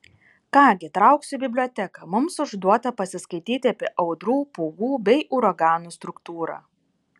ką gi trauksiu į biblioteką mums užduota pasiskaityti apie audrų pūgų bei uraganų struktūrą